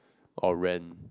or rent